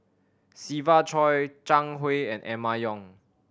Siva Choy Zhang Hui and Emma Yong